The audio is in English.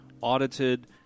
audited